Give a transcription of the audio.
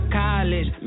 college